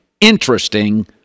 interesting